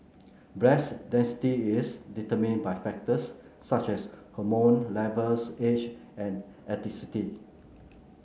breast density is determined by factors such as hormone levels age and ethnicity